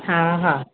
हा हा